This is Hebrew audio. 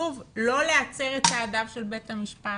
שוב, לא להצר את צעדיו של בית המשפט,